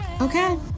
okay